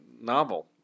novel